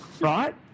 Right